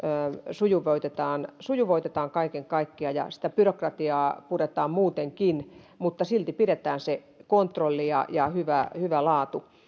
sujuvoitetaan sujuvoitetaan kaiken kaikkiaan ja sitä byrokratiaa puretaan muutenkin mutta silti pidetään se kontrolli ja ja hyvä hyvä laatu